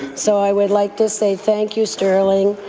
so, i would like to say thank you, sterling.